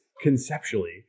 conceptually